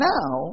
Now